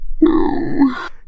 No